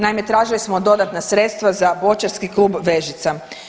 Naime, tražili smo dodatna sredstva za Boćarski klub Vežica.